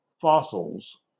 fossils